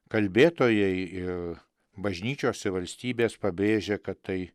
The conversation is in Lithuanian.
kalbėtojai ir bažnyčios ir valstybės pabrėžia kad tai